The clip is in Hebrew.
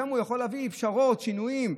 משם הוא יכול להביא פשרות, שינויים.